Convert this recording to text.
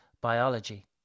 biology